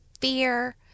fear